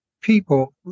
people